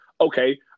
Okay